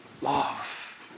love